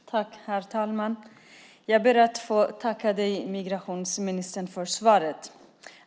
Herr talman! Jag ber att få tacka dig, migrationsministern, för svaret.